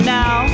now